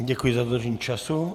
Děkuji za dodržení času.